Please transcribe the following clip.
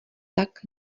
tak